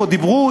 פה דיברו,